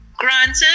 Granted